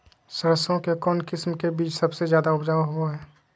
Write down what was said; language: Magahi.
सरसों के कौन किस्म के बीच सबसे ज्यादा उपजाऊ होबो हय?